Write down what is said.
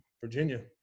Virginia